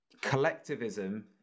Collectivism